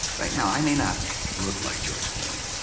right now i may not look like george clooney,